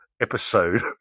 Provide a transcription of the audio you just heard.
episode